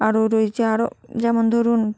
আরও রয়েছে আরও যেমন ধরুন